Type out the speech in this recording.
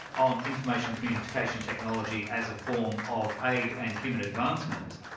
on information communication technology as a form of aid and human advancement.